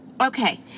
okay